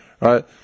right